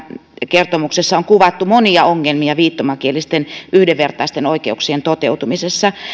kertomuksessa on kuvattu monia ongelmia viittomakielisten yhdenvertaisten oikeuksien toteutumisessa